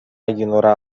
ignorá